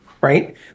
right